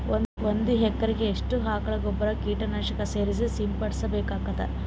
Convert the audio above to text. ಒಂದು ಎಕರೆಗೆ ಎಷ್ಟು ಆಕಳ ಗೊಬ್ಬರ ಕೀಟನಾಶಕ ಸೇರಿಸಿ ಸಿಂಪಡಸಬೇಕಾಗತದಾ?